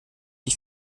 wie